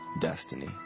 destiny